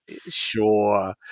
sure